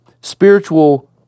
spiritual